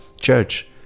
Church